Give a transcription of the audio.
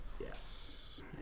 Yes